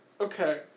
Okay